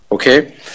Okay